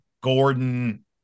Gordon